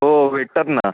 हो भेटतात ना